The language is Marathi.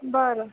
बरं